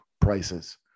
prices